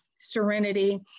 serenity